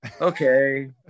okay